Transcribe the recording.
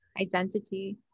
identity